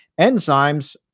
Enzymes